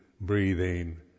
breathing